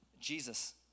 Jesus